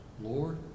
Lord